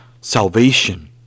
salvation